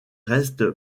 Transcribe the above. reste